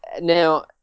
now